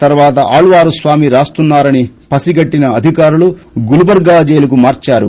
తర్వాత ఆళ్వారుస్వామి రాస్తున్నా రని పసిగట్టిన అధికారులు గుల్బర్గా జైలుకు మార్చారు